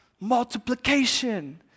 Multiplication